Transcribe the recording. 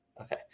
okay